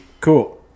Cool